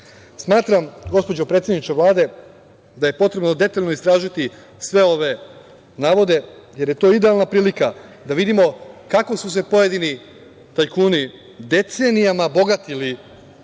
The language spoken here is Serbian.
prava? Smatram, gospođo predsedniče Vlade, da je potrebno detaljno istražiti sve ove navode, jer je to idealna prilika da vidimo kako su se pojedini tajkuni decenijama bogatili